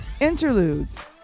Interludes